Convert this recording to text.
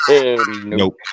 Nope